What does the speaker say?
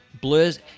blurs